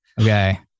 okay